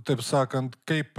taip sakant kaip